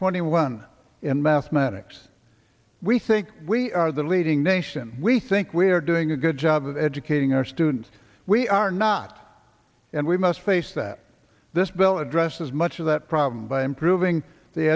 twenty one in mathematics we think we are the leading nation we think we are doing a good job of educating our students we are not and we must face the this bill addresses much of that problem by improving the